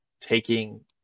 taking